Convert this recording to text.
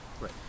Right